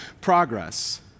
progress